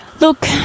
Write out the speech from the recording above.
Look